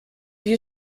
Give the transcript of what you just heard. you